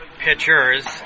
pitchers